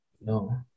No